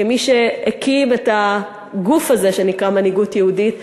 כמי שהקים את הגוף הזה שנקרא "מנהיגות יהודית",